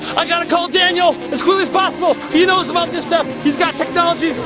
i gotta call daniel as quickly as possible. he knows about this stuff. he's got technology.